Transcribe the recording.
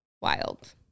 Wild